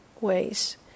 ways